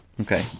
okay